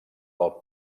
del